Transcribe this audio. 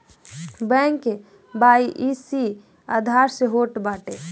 bank KYC Aadhaar से होत बाटे